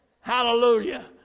Hallelujah